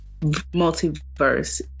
multiverse